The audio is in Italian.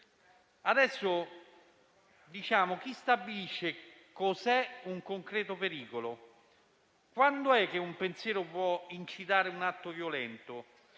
diciamo chi stabilisce cos'è un concreto pericolo. Quando è che un pensiero può incitare un atto violento?